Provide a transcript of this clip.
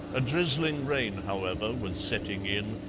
a drizzling rain, however, was setting in,